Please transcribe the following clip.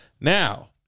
Now